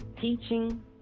teaching